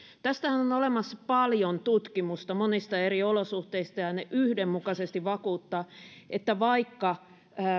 tästähän on olemassa paljon tutkimusta monista eri olosuhteista ja ne yhdenmukaisesti vakuuttavat että vaikka